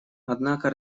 однако